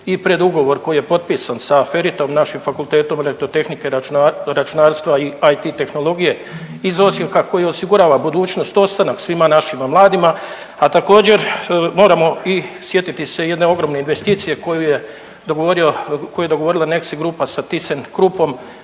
i predugovor koji je potpisan sa FERIT-om, našim Fakultetom elektrotehnike i računarstva i IT tehnologije iz Osijeka koji osigurava budućnost i ostanak svima našima mladima, a također moramo i sjetiti se jedne ogromne investicije koju je dogovorio, koju je dogovorila